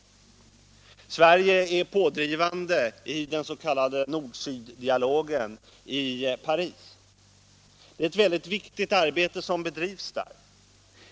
Sverige är pådrivande i den s.k. nord-syddialogen i Paris. Det är ett mycket viktigt arbete som bedrivs där.